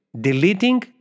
deleting